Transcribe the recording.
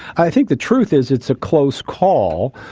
i think the truth is it's a close call,